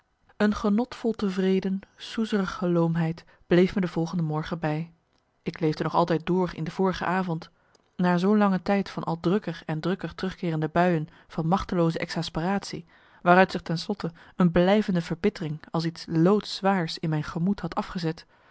een genotvol tevreden soezerige loomheid bleef me de volgende morgen bij ik leefde nog altijd door in de vorige avond na zoo'n lange tijd van al drukker en drukker terugkeerende buien van machtelooze exasperatie waaruit zich ten slotte een blijvende verbittering als iets loodzwaars in mijn gemoed had afgezet